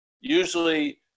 Usually